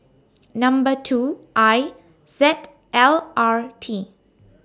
Number two I Z L R T